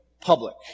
public